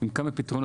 עם כמה פתרונות,